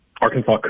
Arkansas